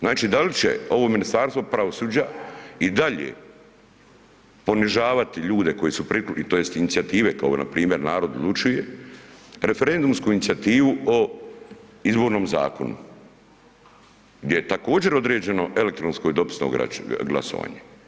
Znači da li će ovo Ministarstvo pravosuđa i dalje ponižavati ljude koji su .../nerazumljivo/... tj. inicijative, kao npr. Narod odlučuje, referendumsku inicijativu o Izbornom zakonu, gdje je također, određeno elektronsko i dopisno glasovanje.